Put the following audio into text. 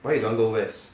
why you don't want go west